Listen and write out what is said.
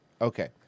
okay